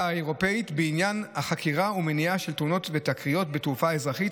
האירופית בעניין חקירה ומניעה של תאונות ותקריות בתעופה האזרחית,